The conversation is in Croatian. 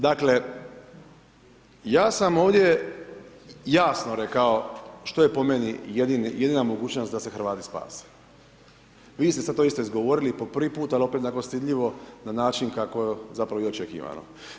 Dakle, ja sam ovdje jasno rekao što je po meni jedini, jedina mogućnost da se Hrvate spase, vi ste to sad isto izgovorili po prvi put, ali opet onako stidljivo na način kako je zapravo i očekivano.